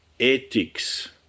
Ethics